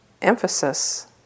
Emphasis